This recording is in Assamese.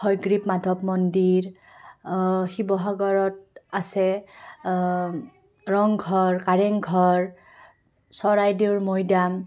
হয়গ্ৰীৱ মাধৱ মন্দিৰ শিৱসাগৰত আছে ৰংঘৰ কাৰেংঘৰ চৰাইদেউৰ মৈদাম